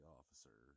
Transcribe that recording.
officer